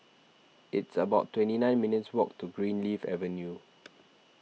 it's about twenty nine minutes' walk to Greenleaf Avenue